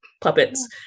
puppets